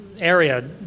area